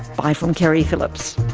bye from keri phillips